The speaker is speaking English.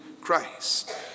Christ